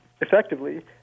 effectively